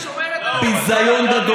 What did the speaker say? המפלגה ששומרת על, לא.